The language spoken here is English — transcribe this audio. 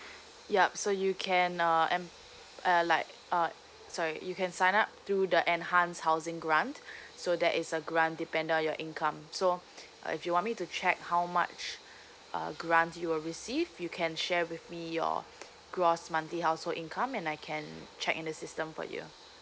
yup so you can uh M uh like uh sorry you can sign up through the enhance housing grant so there is a grant depend on your income so uh if you want me to check how much uh grants you will receive you can share with me your gross monthly household income and I can check in the system for you